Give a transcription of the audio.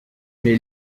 mais